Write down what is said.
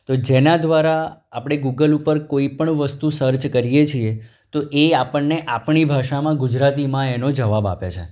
તો જેના દ્વારા આપણે ગૂગલ ઉપર કોઈપણ વસ્તુ સર્ચ કરીએ છીએ તો એ આપણને આપણી ભાષામાં ગુજરાતીમાં એનો જવાબ આપે છે